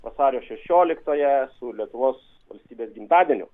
vasario šešioliktąja su lietuvos valstybės gimtadieniu